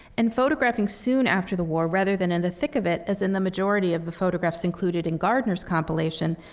and photographing soon after the war rather than in the thick of it, as in the majority of the photographs included in gardner's compilation,